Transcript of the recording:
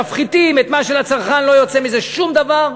מפחיתים את מה שלצרכן לא יוצא מזה שום דבר,